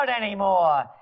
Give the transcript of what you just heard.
anymore